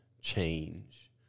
change